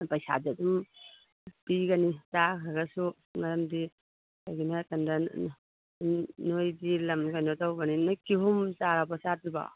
ꯄꯩꯁꯥꯗꯨ ꯑꯗꯨꯝ ꯄꯤꯒꯅꯤ ꯆꯥꯈ꯭ꯔꯒꯁꯨ ꯃꯔꯝꯗꯤ ꯀꯔꯤꯒꯤꯅꯣ ꯍꯥꯏ ꯀꯥꯟꯗ ꯅꯣꯏꯗꯤ ꯂꯝ ꯀꯩꯅꯣ ꯇꯧꯕꯅꯤꯅ ꯅꯣꯏ ꯀꯤꯍꯣꯝ ꯆꯥꯔꯕꯣ ꯆꯥꯗ꯭ꯔꯤꯕꯣ